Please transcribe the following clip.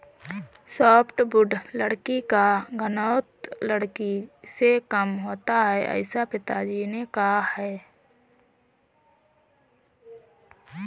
softwood लकड़ी का घनत्व लकड़ी से कम होता है ऐसा पिताजी ने कहा